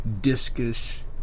discus